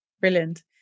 brilliant